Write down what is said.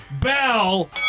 bell